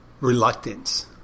reluctance